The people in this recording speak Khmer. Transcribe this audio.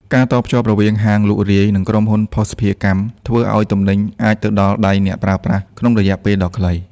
ការតភ្ជាប់រវាងហាងលក់រាយ និងក្រុមហ៊ុនភស្តុភារកម្ម ធ្វើឱ្យទំនិញអាចទៅដល់ដៃអ្នកប្រើប្រាស់ក្នុងរយៈពេលដ៏ខ្លីបំផុត។